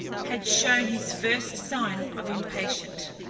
had shown his first sign of impatience.